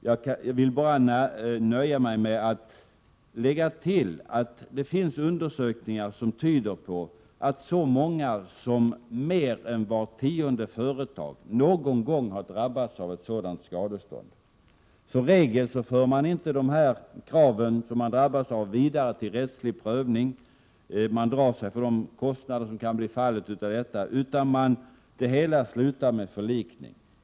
Jag kan därför nöja mig med att lägga till att det finns undersökningar som tyder på att så många som mer än vart tionde företag någon gång har drabbats av ett sådant skadestånd. Som regel för man inte dessa mål vidare till rättslig prövning, utan det hela slutar med förlikning. Man drar sig för de kostnader som skulle uppstå om man förde målet vidare.